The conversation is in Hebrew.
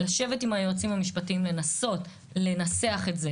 לשבת עם היועצים המשפטיים לנסות לנסח את זה